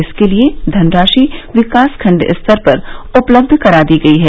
इसके लिए धनराशि विकास खंड स्तर पर उपलब्ध करा दी गयी है